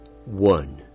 One